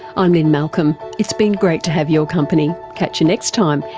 i'm lynne malcolm, it's been great to have your company, catch you next time,